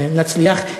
נצליח.